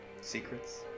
secrets